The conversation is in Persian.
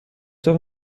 تاپ